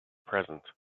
present